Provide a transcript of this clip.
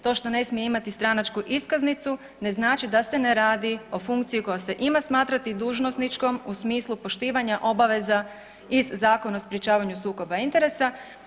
To što ne smije imati stranačku iskaznicu ne znači da se ne radi o funkciji koja se ima smatrati dužnosničkom u smislu poštivanja obaveza iz Zakona o sprečavanju sukoba interesa.